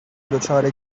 دچار